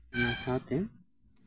ᱚᱱᱟ ᱥᱟᱶᱛᱮ